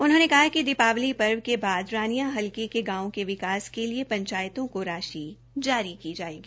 उन्होंने कहा कि दीपावली पर्व के बाद रानियां हलके के गांवों के विकास के लिए पंचायतों को राशि जारी की जाएगी